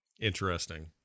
Interesting